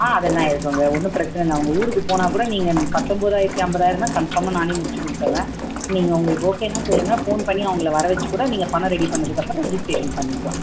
ஆ அதெல்லாம் இருக்குங்க ஒன்றும் பிரச்சனை இல்லை அவங்க ஊருக்குப் போனால் கூட நீங்கள் பத்தொம்போதாயிரத்து ஐம்பதாயிரம்னா கன்ஃபார்மாக நானே முடிச்சு கொடுத்தட்றேன் நீங்கள் உங்களுக்கு ஓகேனா சொல்லுங்கள் ஃபோன் பண்ணி அவங்கள வரவச்சு கூட நீங்கள் பணம் ரெடி பண்ணதுக்கப்புறம் ரிஜிஸ்ட்ரேஷன் பண்ணிக்கலாம்